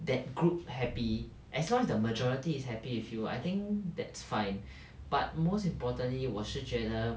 that group happy as long as the majority is happy with you I think that's fine but most importantly 我是觉得